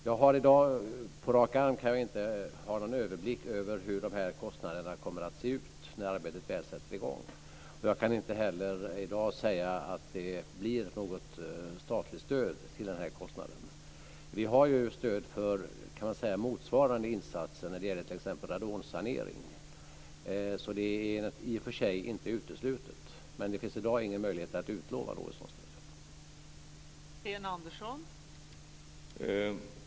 På rak arm kan jag i dag inte ha någon överblick över hur dessa kostnader kommer att se ut när arbetet väl sätter i gång. Jag kan inte heller i dag säga att det blir något statligt stöd till denna insats. Vi har stöd för motsvarande insatser när det gäller t.ex. radonsanering, så det är i och för sig inte uteslutet, men det finns i dag ingen möjlighet att utlova något sådant stöd.